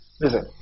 Listen